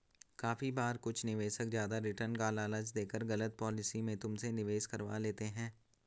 काफी बार कुछ निवेशक ज्यादा रिटर्न का लालच देकर गलत पॉलिसी में तुमसे निवेश करवा लेते हैं